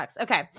okay